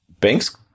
banks